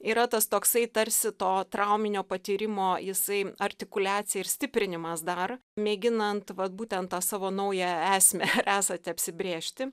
yra tas toksai tarsi to trauminio patyrimo jisai artikuliacija ir stiprinimas dar mėginant vat būtent tą savo naują esmę esatį apsibrėžti